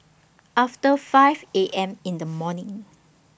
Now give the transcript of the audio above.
after five A M in The morning